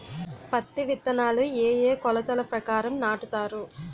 పత్తి విత్తనాలు ఏ ఏ కొలతల ప్రకారం నాటుతారు?